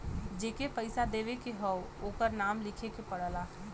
जेके पइसा देवे के हौ ओकर नाम लिखे के पड़ला